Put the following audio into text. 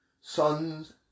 sons